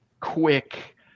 quick